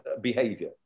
behavior